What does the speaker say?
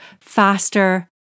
faster